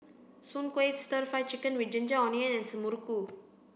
Soon Kuih Stir Fry Chicken with Ginger Onions and Muruku